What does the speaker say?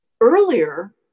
Earlier